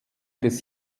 des